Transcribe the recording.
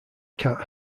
cat